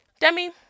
Demi